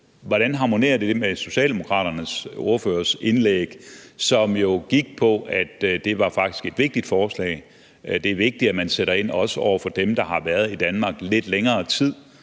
hvordan harmonerer det så med Socialdemokraternes ordførers indlæg? Det gik jo på, at det faktisk var et vigtigt forslag; det er vigtigt, at man sætter ind også over for dem, der har været i Danmark lidt længere tid